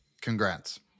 Congrats